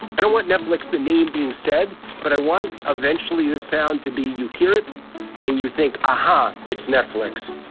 i don't want netflix, the name being said, but i want eventually the sound to be, you hear it and you think, aha, it's netflix.